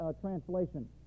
translation